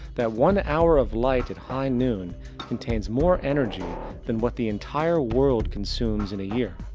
that one hour of light at high noon contains more energy than what the entire world consumes in a year.